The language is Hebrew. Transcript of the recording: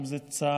אם זה צה"ל,